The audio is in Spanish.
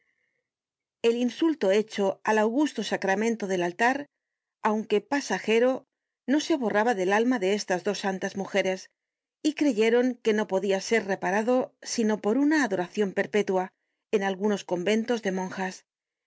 el insulto hecho al augusto sacramento del altar aunque pasajero no se borraba del alma de estas dos santas mujeres y creyeron que no podia ser reparado sino por una adoracion perpetua en algunos conventos de monjas